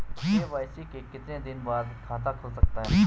KYC के कितने दिन बाद खाता खुल सकता है?